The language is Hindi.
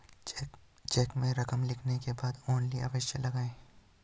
चेक में रकम लिखने के बाद ओन्ली अवश्य लगाएँ